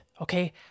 Okay